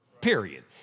period